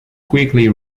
quickly